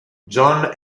john